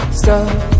stop